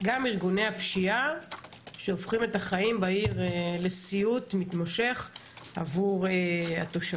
גם ארגוני הפשיעה שהופכים את החיים בעיר לסיוט מתמשך עבור התושבים.